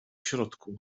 środku